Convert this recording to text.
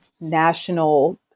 national